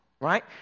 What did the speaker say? Right